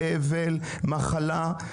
אבל ומחלה.